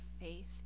faith